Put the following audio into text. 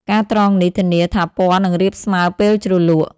ការត្រងនេះធានាថាពណ៌នឹងរាបស្មើពេលជ្រលក់។